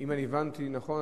אם הבנתי נכון,